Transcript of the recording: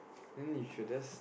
then you should've